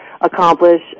accomplish